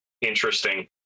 interesting